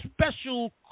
special